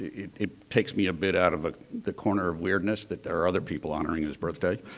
it takes me a bit out of ah the corner of weirdness that there are other people honoring his birthday.